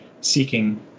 seeking